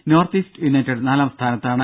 north East United നാലാം സ്ഥാനത്താണ്